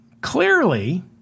clearly